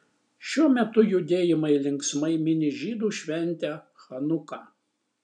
šiuo metu judėjai linksmai mini žydų šventę chanuką